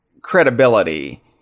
credibility